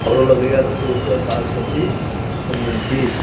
फरऽ लगैया तऽ तोरि के साग सब्जी बनबै छी